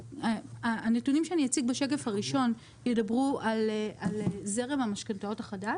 הנתונים שאני אציג בשקף הראשון ידברו על זרם המשכנתאות החדש,